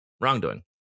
wrongdoing